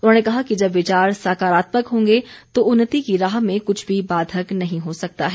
उन्होंने कहा कि जब विचार सकारात्मक होंगे तो उन्नति की राह में कुछ भी बाधक नहीं हो सकता है